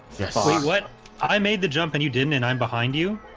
yes what i made the jump and you didn't and i'm behind you